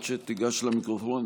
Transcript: עד שתיגש למיקרופון,